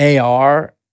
AR